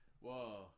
Whoa